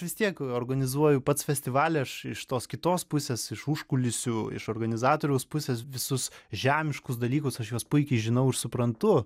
vis tiek organizuoju pats festivalį aš iš tos kitos pusės iš užkulisių iš organizatoriaus pusės visus žemiškus dalykus aš juos puikiai žinau ir suprantu